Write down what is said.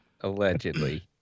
Allegedly